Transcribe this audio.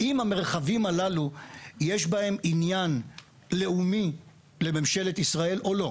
האם המרחבים הללו יש בהם עניין לאומי לממשלת ישראל או לא?